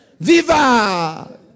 Viva